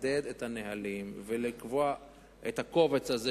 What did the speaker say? לחדד את הנהלים ולקבוע את הקובץ הזה,